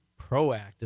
proactive